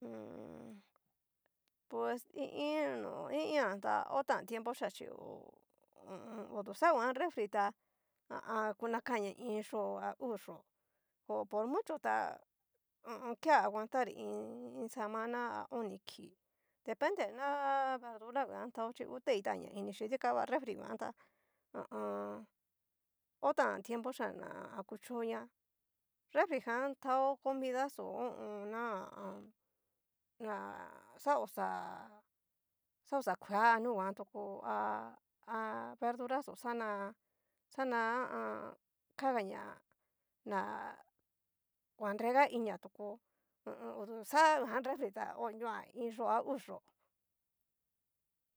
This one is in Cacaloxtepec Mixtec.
pues i iin no i iin ha ta ho tan tiempo xia chi ho o on. odu xa nguan refri ta ha a an kunacaña iin yó'o a uu yó'o, ko por mucho ta ke aguantar iin semana a oni kii, depende na verdura nguan tao chí hu tei tan ña inixhí dikan va refringuanta ha a an. otan tiempo chiá ná kuchoña refrijan tao comidaxó ho o on. na ha a an. na xa oxa, oxa kuea a nuguan, toko ha a a verduraxo xana xana ha a a. kagaña ná kuabrega inia toko, ha. odu ka guan refri ta koñoa iin yó'o a uu yó'o.